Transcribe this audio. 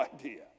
idea